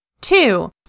two